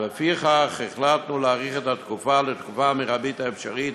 ולפיכך החלטנו להאריך את התקופה לתקופה המרבית האפשרית